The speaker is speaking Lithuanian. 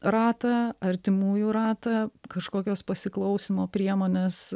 ratą artimųjų ratą kažkokios pasiklausymo priemonės